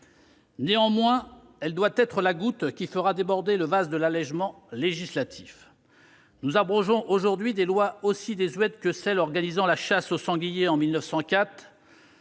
Néanmoins, elle doit être la goutte qui fera déborder le vase de l'allégement législatif. Nous abrogeons aujourd'hui des lois aussi désuètes que celle qui organisait la chasse au sanglier en 1904,